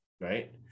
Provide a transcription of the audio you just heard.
right